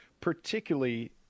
particularly